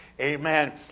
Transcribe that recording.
Amen